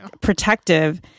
protective